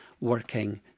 working